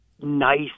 nice